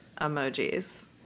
emojis